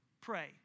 pray